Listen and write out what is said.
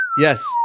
Yes